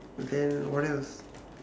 okay [what] else